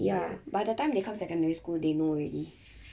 ya by that time they come secondary school they know already